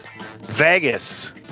Vegas